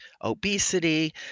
obesity